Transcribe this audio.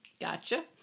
Gotcha